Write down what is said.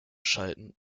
schalten